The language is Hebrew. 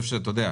ומשמעותי.